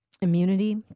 immunity